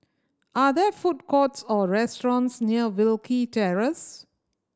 are there food courts or restaurants near Wilkie Terrace